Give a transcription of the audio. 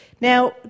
Now